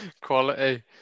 Quality